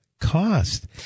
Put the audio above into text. cost